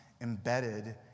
embedded